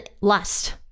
lust